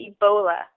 Ebola